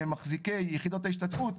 מחזיקי יחידות ההשתתפות,